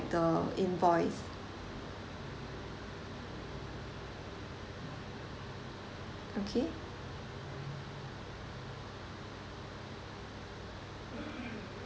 the invoice okay